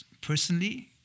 personally